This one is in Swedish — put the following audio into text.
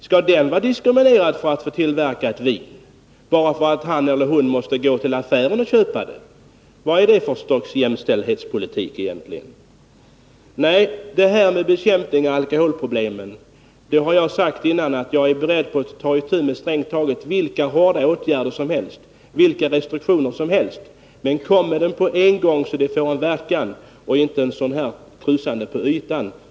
Skall den vara diskriminerad när det gäller rätten att tillverka ett vin, bara för att han eller hon måste gå till affären och köpa råvarorna? Vad är det för slags jämställdhetspolitik egentligen? Jag har sagt tidigare att för att bekämpa alkoholproblemen är jag beredd till hur hårda åtgärder som helst, vilka restriktioner som helst, men kom med dem på en gång så att de får någon verkan och inte bara blir en krusning på ytan.